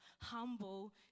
humble